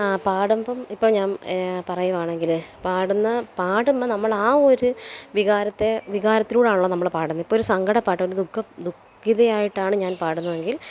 പടുമ്പം ഇപ്പം ഞാൻ പറയുവാണെങ്കിൽ പാടുന്ന പടുമ്പം നമ്മളാവൊരു വികാരത്തെ വികാരത്തിലൂടാണല്ലൊ നമ്മൾ പാടുന്നത് ഇപ്പമൊരു സങ്കടപ്പാട്ട് ഒരു ദുഖം ദുഖിതയായിട്ടാണ് ഞാൻ പാടുന്നതെങ്കിൽ